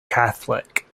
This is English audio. catholic